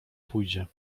pójdzie